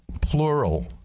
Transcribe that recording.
plural